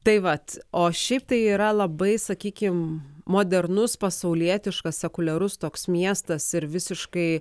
tai vat o šiaip tai yra labai sakykim modernus pasaulietiškas sekuliarus toks miestas ir visiškai